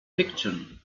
fiction